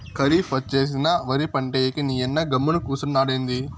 కరీఫ్ ఒచ్చేసినా ఒరి పంటేయ్యక నీయన్న గమ్మున కూసున్నాడెంది